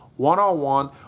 one-on-one